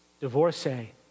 divorcee